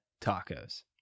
tacos